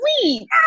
sweet